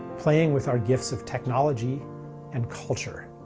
playing with our gifts of technology and culture,